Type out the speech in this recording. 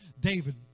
David